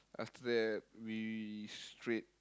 after that we straight